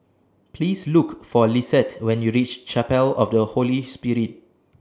Please Look For Lisette when YOU REACH Chapel of The Holy Spirit